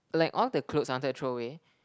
like all the clothes I wanted to throw away